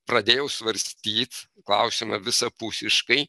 pradėjau svarstyt klausimą visapusiškai